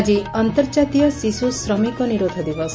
ଆଜି ଅନ୍ତର୍ଜାତୀୟ ଶିଶୁ ଶ୍ରମିକ ନିରୋଧ ଦିବସ